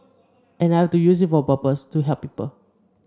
and I have to use it for a purpose to help people